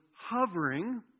hovering